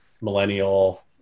millennial